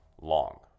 long